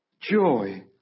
joy